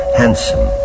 handsome